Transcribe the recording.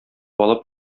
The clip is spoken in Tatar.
алып